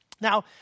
Now